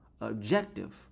objective